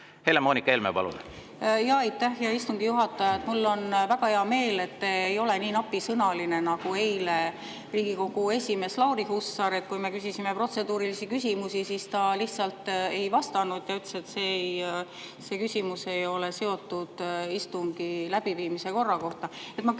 Helle-Moonika Helme, palun! Aitäh, hea istungi juhataja! Mul on väga hea meel, et te ei ole nii napisõnaline, nagu oli eile Riigikogu esimees Lauri Hussar. Kui me küsisime protseduurilisi küsimusi, siis ta lihtsalt ei vastanud, [vaid] ütles, et see küsimus ei ole seotud istungi läbiviimise korraga.